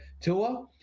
Tua